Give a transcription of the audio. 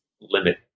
limit